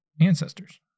ancestors